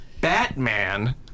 Batman